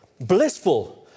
blissful